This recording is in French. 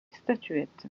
statuettes